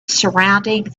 surrounding